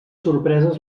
sorpreses